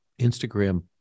Instagram